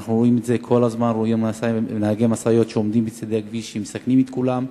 ואנחנו רואים כל הזמן נהגי משאיות שעומדים בצדי הכביש ומסכנים את כולם.